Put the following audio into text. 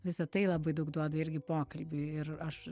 visa tai labai daug duoda irgi pokalbiui ir aš